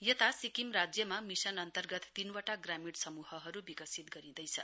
यता सिक्किम राज्यमा मिशन अन्तर्गत तीनवटा ग्रामीण समूहहरू विकसित गरिँदैछ